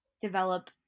develop